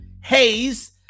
hayes